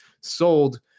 sold